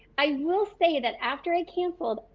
i will say that after i cancelled,